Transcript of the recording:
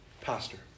pastor